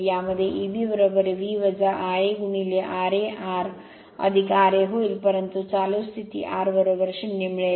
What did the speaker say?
यामुळे Eb V Ia ra R ra होईल परंतु चालू स्थिती R 0 मिळेल